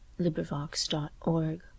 LibriVox.org